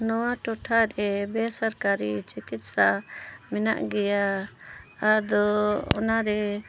ᱱᱚᱣᱟ ᱴᱚᱴᱷᱟ ᱨᱮ ᱵᱮᱥᱚᱨᱠᱟᱨᱤ ᱪᱤᱠᱤᱛᱥᱟ ᱢᱮᱱᱟᱜ ᱜᱮᱭᱟ ᱟᱫᱚ ᱚᱱᱟᱨᱮ